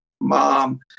mom